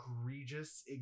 egregious